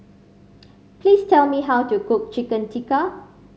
please tell me how to cook Chicken Tikka